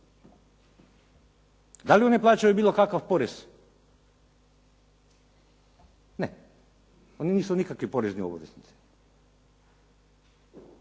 da li je on plaćo bilo kakav porez? Ne. Oni nisu nikakvi porezni obveznici.